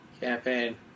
campaign